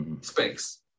space